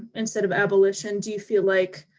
instead of abolition, do you feel like